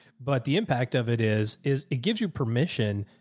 but the impact of it is, is it gives you permission.